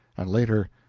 and, later,